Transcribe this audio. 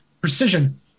precision